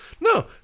No